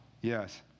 Yes